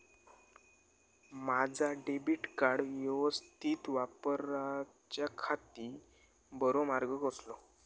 माजा debit card यवस्तीत वापराच्याखाती बरो मार्ग कसलो?